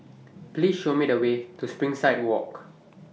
Please Show Me The Way to Springside Walk